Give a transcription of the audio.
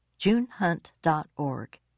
junehunt.org